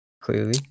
Clearly